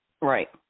Right